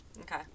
Okay